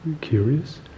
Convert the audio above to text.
Curious